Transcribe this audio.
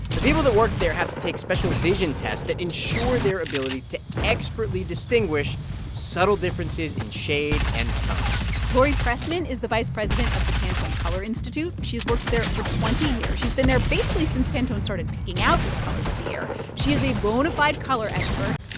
the people that work there have to take special vision tests that ensure their ability to expertly distinguish subtle differences in shade and tone laurie pressman is the vice president of the pantone color institute. she's worked there for twenty years. she's been there basically since pantone started picking out its colors of the year. she is a bona fide color expert.